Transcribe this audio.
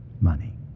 money